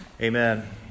Amen